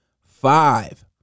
Five